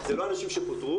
זה אנשים שפוטרו.